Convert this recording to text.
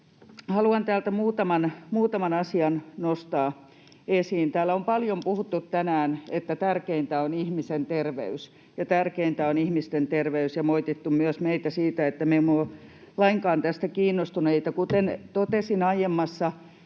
Haluan täältä muutaman asian nostaa esiin. Täällä on paljon puhuttu tänään, että tärkeintä on ihmisten terveys ja tärkeintä on ihmisten terveys, ja moitittu myös meitä siitä, että me emme ole lainkaan tästä kiinnostuneita. Kuten totesin aiemman